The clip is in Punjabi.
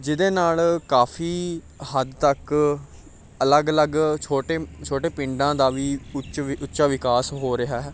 ਜਿਹਦੇ ਨਾਲ ਕਾਫੀ ਹੱਦ ਤੱਕ ਅਲੱਗ ਅਲੱਗ ਛੋਟੇ ਛੋਟੇ ਪਿੰਡਾਂ ਦਾ ਵੀ ਉੱਚ ਉੱਚਾ ਵਿਕਾਸ ਹੋ ਰਿਹਾ ਹੈ